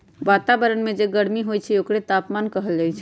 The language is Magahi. वतावरन में जे गरमी हई ओकरे तापमान कहल जाई छई